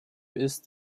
ist